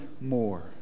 more